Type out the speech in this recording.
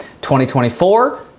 2024